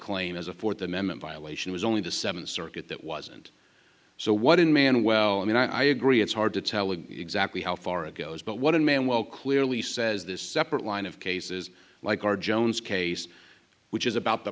claim as a fourth amendment violation was only the seventh circuit that wasn't so what in man well i mean i agree it's hard to tell it exactly how far it goes but one man well clearly says this separate line of cases like our jones case which is about the